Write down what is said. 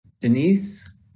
Denise